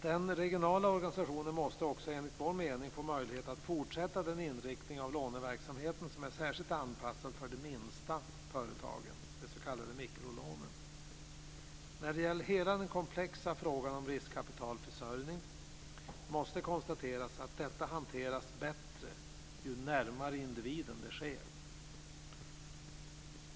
Den regionala organisationen måste också enligt vår mening få möjlighet att fortsätta den inriktning av låneverksamheten som är särskilt anpassad för de minsta företagen, de s.k. mikrolånen. När det gäller hela den komplexa frågan om riskkapitalförsörjning måste konstateras att detta hanteras bättre ju närmare individen det sker.